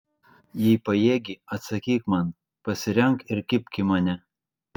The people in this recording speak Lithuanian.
jei pajėgi atsakyk man pasirenk ir kibk į mane